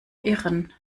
irren